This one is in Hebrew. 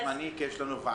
להתייחס.